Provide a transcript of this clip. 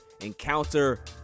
encounter